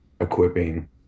equipping